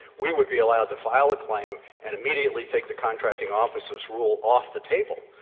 we would be allowed to file a claim and immediately take the contracting officer's rule off the table.